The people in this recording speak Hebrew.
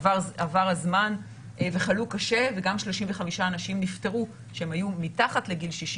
עבר הזמן וחלו קשה וגם 35 אנשים נפטרו שהם היו מתחת לגיל 60,